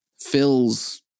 fills